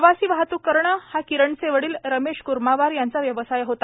प्रवासी वाहतूक करणे हा किरणचे वडील रमेश कुर्मावार यांचा व्यवसाय होता